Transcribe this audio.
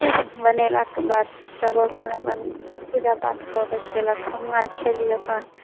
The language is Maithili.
बनेलाके बाद सब अपन अपन पूजापाठ कऽ कऽ खएलक हमहूँ आर खएली अपन